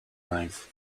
length